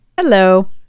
Hello